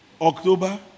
October